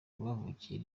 bavukiye